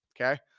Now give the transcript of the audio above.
Okay